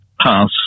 pass